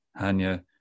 Hanya